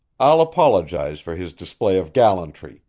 i'll apologize for his display of gallantry,